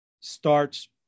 starts